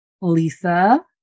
Lisa